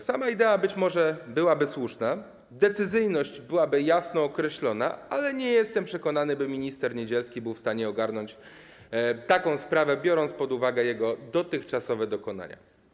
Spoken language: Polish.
Sama idea być może byłaby słuszna, sfera decyzyjności byłaby jasno określona, ale nie jestem przekonany co do tego, by minister Niedzielski był w stanie ogarnąć taką sprawę, biorąc pod uwagę jego dotychczasowe dokonania.